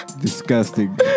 Disgusting